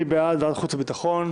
מי בעד ועדת החוץ והביטחון?